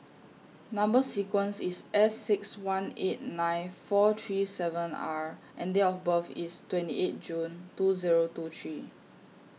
Number sequence IS S six one eight nine four three seven R and Date of birth IS twenty eight June two Zero two three